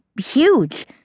huge